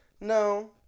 no